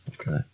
okay